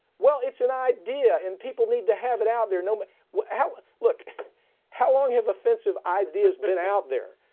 well, it's an idea and people need to have it out there. no um matter how. ah look how long have offensive ideas been out there?